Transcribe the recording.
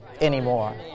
anymore